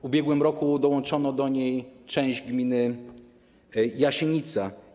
W ubiegłym roku dołączono do niej część gminy Jasienica.